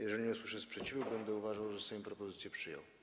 Jeżeli nie usłyszę sprzeciwu, będę uważał, że Sejm propozycję przyjął.